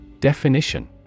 DEFINITION